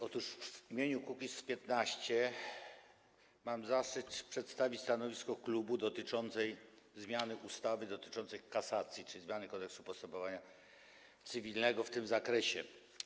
Otóż w imieniu Kukiz’15 mam zaszczyt przedstawić stanowisko klubu odnośnie do zmiany ustawy dotyczącej kasacji, czyli zmiany Kodeksu postępowania cywilnego w tym zakresie.